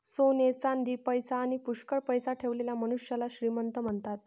सोने चांदी, पैसा आणी पुष्कळ पैसा ठेवलेल्या मनुष्याला श्रीमंत म्हणतात